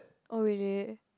oh really